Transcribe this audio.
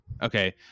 Okay